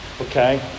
okay